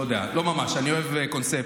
לא יודע, לא ממש, אני אוהב "קונספציה".